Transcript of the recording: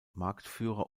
marktführer